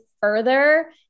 further